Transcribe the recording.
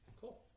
Cool